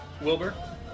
Wilbur